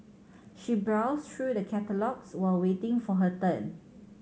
she browsed through the catalogues while waiting for her turn